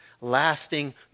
lasting